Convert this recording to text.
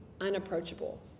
unapproachable